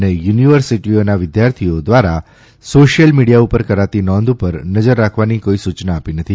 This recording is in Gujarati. અને યુનિવર્સિટીઓના વિદ્યાર્થીઓ દ્વારા સોશ્ચિલ મિડીયા ઉપર કરાતી નોંધ ઉપર નજર રાખવાની કોઇ સૂચના આપી નથી